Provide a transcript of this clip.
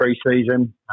pre-season